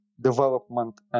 development